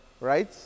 right